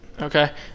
Okay